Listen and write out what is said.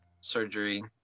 surgery